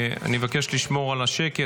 אני מבקש לשמור על השקט.